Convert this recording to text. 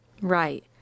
Right